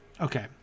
Okay